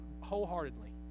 wholeheartedly